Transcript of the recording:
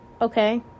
okay